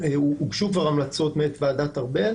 נכללת בהמלצות של ועדת ארבל.